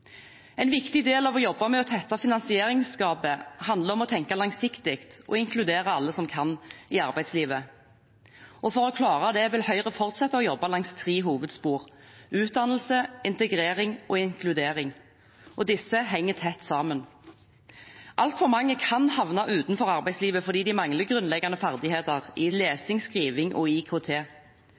En viktig del av jobben med å tette finansieringsgapet handler om å tenke langsiktig og inkludere alle som kan, i arbeidslivet. For å klare det vil Høyre fortsette å jobbe langs tre hovedspor: utdannelse, integrering og inkludering, og disse henger tett sammen. Altfor mange kan havne utenfor arbeidslivet fordi de mangler grunnleggende ferdigheter i lesing, skriving og IKT.